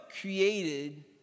created